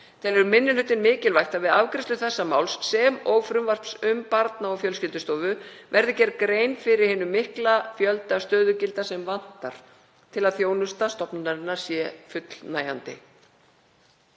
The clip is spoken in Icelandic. Telur minni hlutinn mikilvægt að við afgreiðslu þessa máls sem og frumvarps um Barna- og fjölskyldustofu verði gerð grein fyrir hinum mikla fjölda stöðugilda sem vantar til að þjónusta stofnunarinnar sé fullnægjandi.